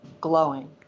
glowing